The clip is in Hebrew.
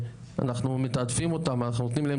שאנחנו מתעדפים אותם ואנחנו נותנים להם